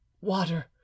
Water